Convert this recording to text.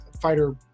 fighter